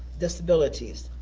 disabilities,